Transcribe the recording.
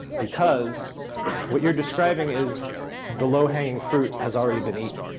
because what you're describing is the low hanging fruit has already been eaten.